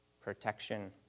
protection